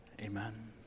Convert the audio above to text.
Amen